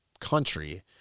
country